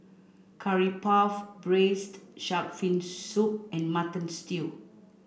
curry puff braised shark fin soup and mutton stew